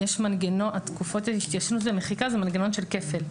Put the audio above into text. תקופות ההתיישנות ומחיקה, זה מנגנון של כפל.